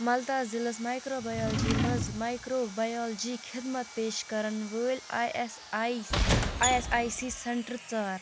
مالدہ ضلعس microbiology منٛز microbiology خٔدمت پیش کران وٲلۍ I S I I S I C centre ژھار